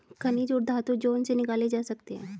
खनिज और धातु जो उनसे निकाले जा सकते हैं